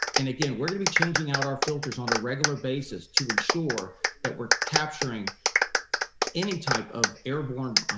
and again, we're gonna be changing out our filters on a regular basis to ensure that we're capturing any type of airborne